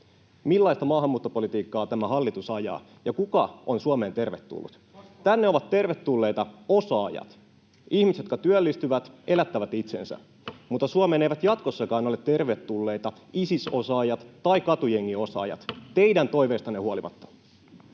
millaista maahanmuuttopolitiikkaa tämä hallitus ajaa ja kuka on Suomeen tervetullut, tänne ovat tervetulleita osaajat, ihmiset, jotka työllistyvät, elättävät itsensä, mutta Suomeen eivät jatkossakaan ole tervetulleita Isis-osaajat tai katujengiosaajat, teidän toiveistanne huolimatta.